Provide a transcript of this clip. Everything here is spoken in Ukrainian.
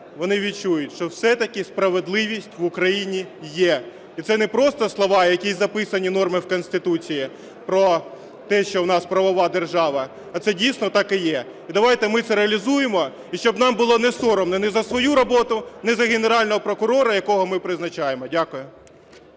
вони відчують, що все-таки справедливість в Україні є, і це не просто слова, які записані нормами в Конституції про те, що в нас правова держава, а це дійсно так і є. І давайте ми це реалізуємо і щоб нам було несоромно ні за свою роботу, ні за Генерального прокурора, якого ми призначаємо. Дякую.